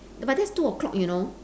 but that's two o-clock you know